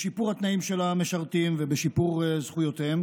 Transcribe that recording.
בשיפור התנאים של המשרתים ובשיפור זכויותיהם